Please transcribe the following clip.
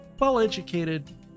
well-educated